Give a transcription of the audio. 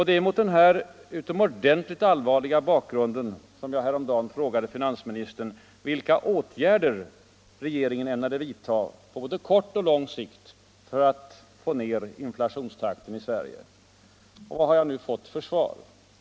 Det är mot den här utomordentligt allvarliga bakgrunden som jag häromdagen frågade finansministern vilka åtgärder regeringen ämnade vidta på både kort och lång sikt för att dämpa inflationstakten i Sverige. Och vad har jag nu fått för svar?